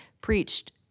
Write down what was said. preached